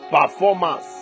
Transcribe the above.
performance